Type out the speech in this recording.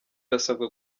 irasabwa